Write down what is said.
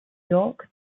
york